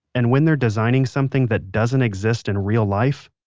and when they're designing something that doesn't exist in real life,